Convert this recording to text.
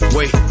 Wait